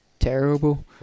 Terrible